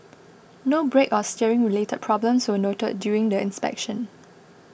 no brake or steering related problems were noted during the inspection